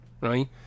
right